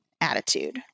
attitude